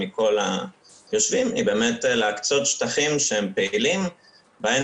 מכל היושבים היא להקצות שטחים שהם פעילים בהם